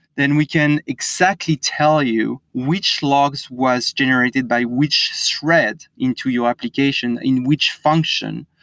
then we can exactly tell you which logs was generated by which thread into your application, in which function,